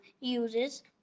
uses